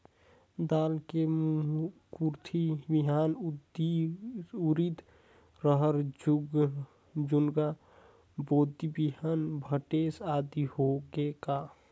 दाल मे कुरथी बिहान, उरीद, रहर, झुनगा, बोदी बिहान भटेस आदि होगे का?